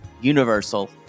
universal